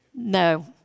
No